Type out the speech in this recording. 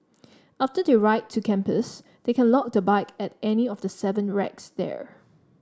after they ride to campus they can lock the bike at any of the seven racks there